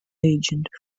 agent